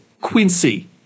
Quincy